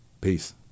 Peace